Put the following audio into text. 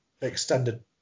extended